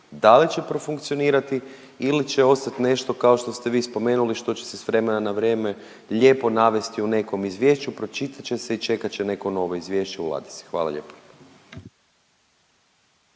da li će profunkcionirati ili će ostat nešto kao što ste vi spomenuli što će se s vremena na vrijeme lijepo navesti u nekom izvješću, pročitat će i čekat će neko novo izvješće u ladici? Hvala lijepa.